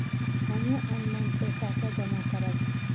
हमू ऑनलाईनपेसा के जमा करब?